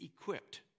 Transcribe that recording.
equipped